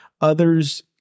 others